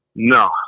No